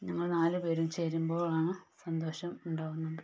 ഞങ്ങൾ നാലു പേരും ചേരുമ്പോഴാണ് സന്തോഷം ഉണ്ടാകുന്നത്